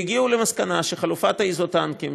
והגיעו למסקנה שחלופת האיזוטנקים,